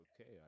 Okay